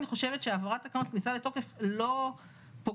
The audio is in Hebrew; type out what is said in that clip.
אני חושבת שהעברת תקנות וכניסה לתוקף לא פוגעת,